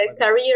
Career